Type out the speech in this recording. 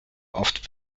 oft